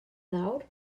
nawr